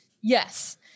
yes